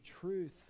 truth